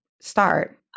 start